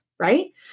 right